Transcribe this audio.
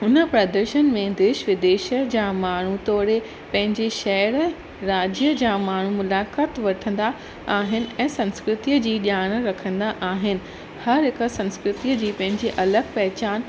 हुन प्रदर्शन में देश विदेश जा माण्हू तोड़े पंहिंजे शहर राज्य जा माण्हू मुलाक़ात वठंदा आहिनि ऐं संस्कृतीअ जी ॼाण रखंदा आहिनि हर हिक संस्कृतीअ जी पंहिंजी अलॻि पहचान हूंदी आहे